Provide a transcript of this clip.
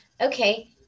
okay